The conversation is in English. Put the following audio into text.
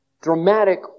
dramatic